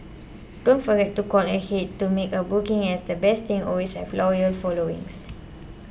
don't forget to call ahead to make a booking as the best things always have loyal followings